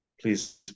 please